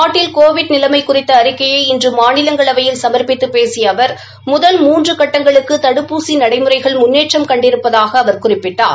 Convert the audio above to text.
நாட்டில் கோவிட் நிலைமை குறித்த அறிக்கையை இன்று மாநிலங்களவையில் சம்ப்பித்து பேசிய அவர் முதல் மூன்று கட்டங்களுக்கு தடுப்பூசி நடைமுறைகள் முன்னேற்றம் கண்டிருப்பதாக அவர் குறிப்பிட்டார்